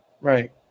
Right